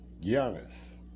Giannis